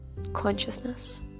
consciousness